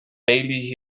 bailey